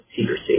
secrecy